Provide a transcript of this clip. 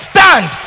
Stand